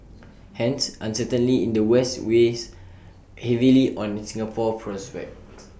hence uncertainly in the west weighs heavily on Singapore's prospects